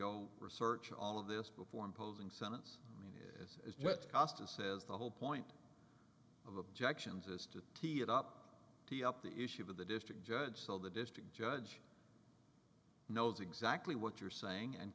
go research all of this before imposing sentence as what cost it says the whole point of objections is to tee it up up the issue with a district judge so the district judge knows exactly what you're saying and